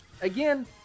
again